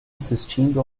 assistindo